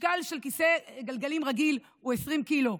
משקל של כיסא גלגלים רגיל הוא 20 קילו.